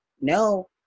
no